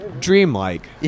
dreamlike